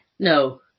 No